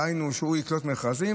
דהיינו שיקלוט מכרזים,